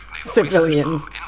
Civilians